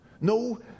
no